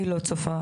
אני לא צופה.